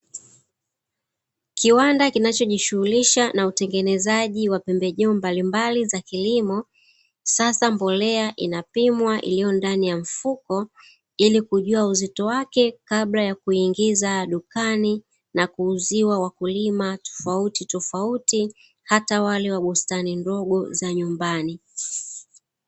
Kiwanda kinachojishughulisha na utengenezaji wa pembejeo mbalimbali za kilimo, sasa mbolea inapimwa iliyo ndani ya mfuko ili kujua uzito wake kabla ya kuingiza dukani na kuuziwa wakulima tofautitofauti, hata wale wa bustani ndogo za nyumbani